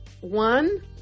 One